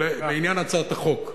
לעניין הצעת החוק.